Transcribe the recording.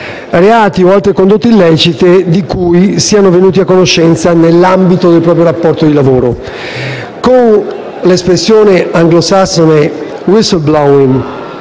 reati o altre condotte illecite di cui siano venuti a conoscenza nell'ambito del proprio rapporto di lavoro. Con l'espressione anglosassone *whistleblowing*